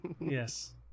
yes